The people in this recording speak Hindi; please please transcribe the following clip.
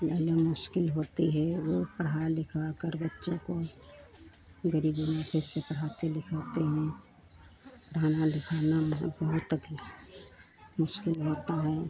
बड़ी मुश्किल होती है वह पढ़ा लिखाकर बच्चों को गरीबी में कैसे पढ़ाते लिखाते हैं पढ़ाने लिखाने में तब भी मुश्किल होता है